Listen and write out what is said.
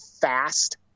fast